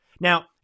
Now